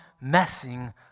messing